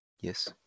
Yes